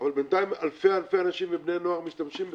אבל בינתיים אלפי אנשים ובני נוער משתמשים בזה.